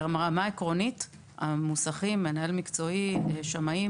ברמה העקרונית המוסכים, המנהל המקצועי, השמאים